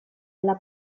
alla